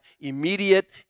immediate